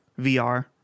vr